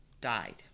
died